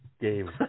game